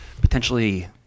potentially